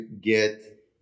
get